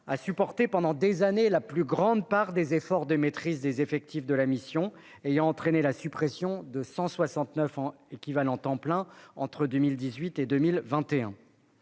a supporté pendant des années la plus grande part des efforts de maîtrise des effectifs de la mission, qui ont entraîné la suppression de 169 ETP entre 2018 et 2021.